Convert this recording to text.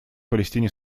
палестине